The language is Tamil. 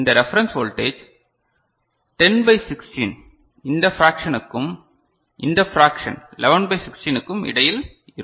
இந்த ரெப்ரன்ஸ் வோல்டேஜ் 10 பை 16 இந்த பிராக்ஷனக்கும் இந்த பிராக்ஷன் 11 பை 16 க்கும் இடையில் இருக்கும்